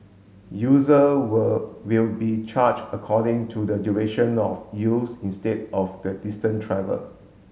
user will will be charged according to the duration of use instead of the distance travelled